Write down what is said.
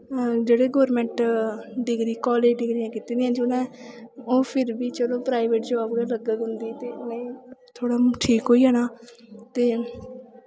जेह्ड़े government degree college डिग्रियां कीती दियां जिनें ओह् फिर बी चलो प्राईवेट जॉब गै लगग उं'दी ते उ'नेंगी थोह्ड़ा ठीक होई जाना ते